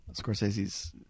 Scorsese's